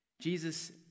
Jesus